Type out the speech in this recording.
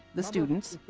the students,